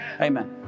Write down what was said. Amen